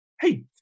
hey